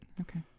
okay